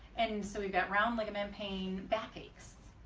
and so we've got round ligament pain, backache? so